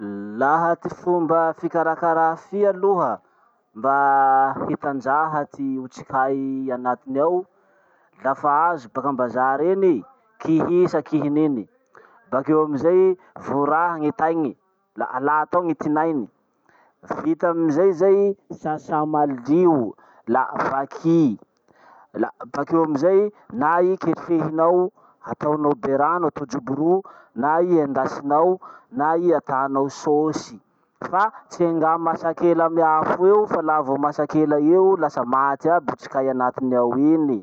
Laha ty fomba fikarakara fia aloha mba hitanjaha ty otrikay anatiny ao. Lafa azo baka ambazary eny i, kihisa kihin'iny, bakeo amizay voraha ny tainy, la alà tao ny tinainy. Vita amizay zay, sasà malio la vaky. La bakeo amizay, na i ketrehinao ataonao berano ataonao joboro, na i endasinao, na i atanao sôsy. Fa tsy enga masaky ela amy afo eo fa laha masak'ela eo io maty aby otrikay anatiny ao iny.